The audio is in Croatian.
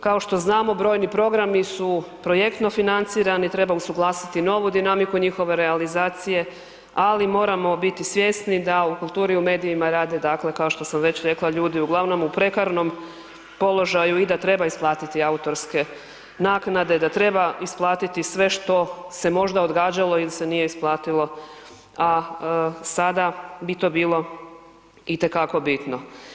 Kao što znamo, brojni programi su projektno financirani, treba usuglasiti novo dinamiku njihove realizacije ali moramo biti svjesni da u kulturi u medijima rade dakle kao što sam već rekla, ljudi uglavnom u prekarnom položaju i da treba isplatiti autorske naknade, da treba isplatiti sve što se možda odgađalo ili se nije isplatilo a sada bi to bilo itekako bitno.